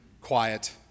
quiet